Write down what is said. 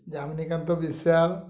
Jaminikanta Biswal